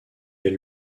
est